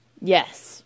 Yes